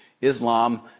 Islam